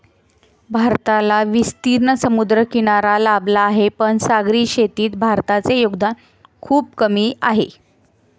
भारताला विस्तीर्ण समुद्रकिनारा लाभला आहे, पण सागरी शेतीत भारताचे योगदान खूप कमी आहे